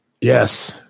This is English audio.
Yes